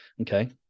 Okay